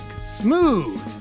smooth